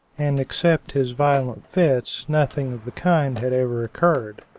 and except his violent fits nothing of the kind had ever occurred.